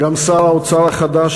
גם שר האוצר החדש,